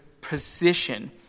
position